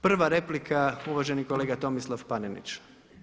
Prva replika uvaženi kolega Tomislav Panenić.